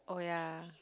oh yeah